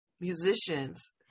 musicians